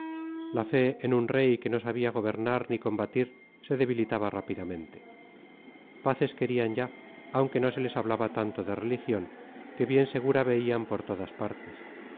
la fe en un rey que no sabía gobernar ni combatir se debilitaba rápidamente paces querían ya aunque no se les hablaba tanto de religión que bien segura veían por todas partes